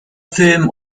film